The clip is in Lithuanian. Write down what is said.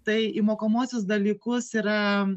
tai į mokomuosius dalykus yra